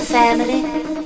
Family